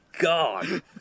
God